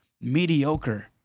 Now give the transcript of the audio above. mediocre